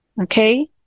okay